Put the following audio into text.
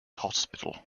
hospital